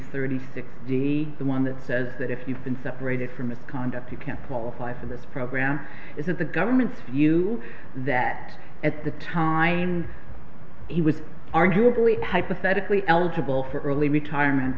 thirty six the the one that says that if you've been separated for misconduct you can't qualify for this program is it the government's view that at the time he was arguably hypothetically eligible for early retirement